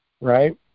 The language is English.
right